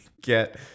get